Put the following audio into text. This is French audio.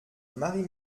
marie